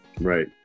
Right